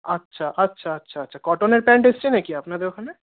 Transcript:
আচ্ছা আচ্ছা আচ্ছা আচ্ছা কটনের প্যান্ট এসেছে নাকি আপনাদের ওখানে